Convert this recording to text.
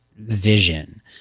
vision